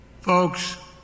Folks